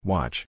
Watch